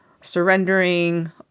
surrendering